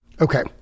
Okay